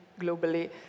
globally